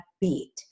beat